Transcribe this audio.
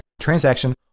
transaction